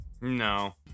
No